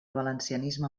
valencianisme